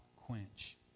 quench